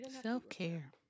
Self-care